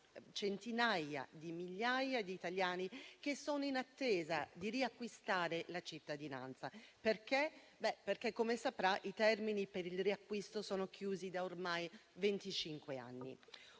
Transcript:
centinaia di migliaia di italiani che sono in attesa di riacquistare la cittadinanza. Come saprà, infatti, i termini per il riacquisto sono chiusi da ormai